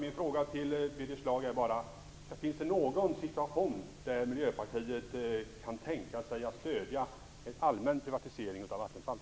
Min fråga till Birger Schlaug är: Finns det någon situation där Miljöpartiet kan tänka sig att stödja en allmän privatisering av Vattenfall?